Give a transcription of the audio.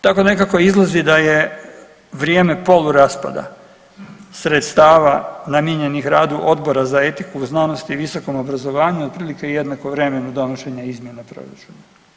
Tako nekako izlazi da je vrijeme poluraspada sredstava namijenjenih radu Odbora za etiku, znanost i visokom obrazovanju otprilike jednako vremenu donošenja izmjena proračuna.